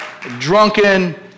drunken